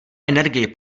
energii